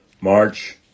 march